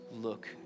look